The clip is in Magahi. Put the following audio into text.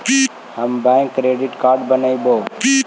हम बैक क्रेडिट कार्ड बनैवो?